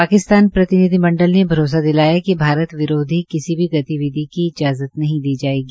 पाकिस्तानी प्रतिनिधिमंडल ने भरोसा दिलाया कि भारत विरोधी किसी भी गतिविधियों की इजाज़त नहीं दी जायेगी